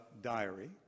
diary